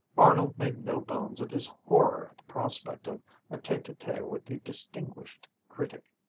arnold made no bones of his horror at the prospect of a tete-a-tete with the distinguished critic.